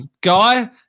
Guy